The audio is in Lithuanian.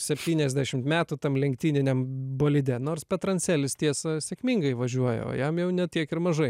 septyniasdešimt metų tam lenktyniniam bolide nors petranselis tiesa sėkmingai važiuoja o jam jau ne tiek ir mažai